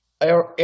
Air